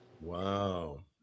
Wow